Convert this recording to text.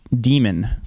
demon